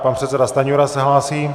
Pan předseda Stanjura se hlásí.